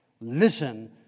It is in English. listen